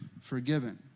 forgiven